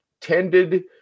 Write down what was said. tended